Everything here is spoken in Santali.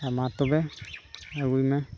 ᱟᱨ ᱢᱟ ᱛᱚᱵᱮ ᱟᱹᱜᱩᱭ ᱢᱮ